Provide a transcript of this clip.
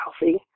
healthy